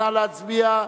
נא להצביע.